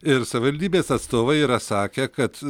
ir savivaldybės atstovai yra sakę kad